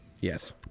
Yes